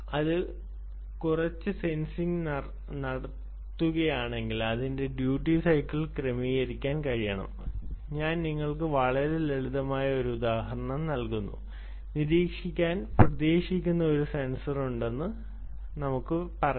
അത് കുറച്ച് സെൻസിംഗ് നടത്തുകയാണെങ്കിൽ അതിന്റെ ഡ്യൂട്ടി സൈക്കിൾ ക്രമീകരിക്കാൻ കഴിയണം ഞാൻ നിങ്ങൾക്ക് വളരെ ലളിതമായ ഒരു ഉദാഹരണം നൽകുന്നു നിരീക്ഷിക്കാൻ പ്രതീക്ഷിക്കുന്ന ഒരു സെൻസർ ഉണ്ടെന്ന് നമുക്ക് പറയാം